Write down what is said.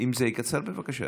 אם זה יהיה קצר, בבקשה.